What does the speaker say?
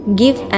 give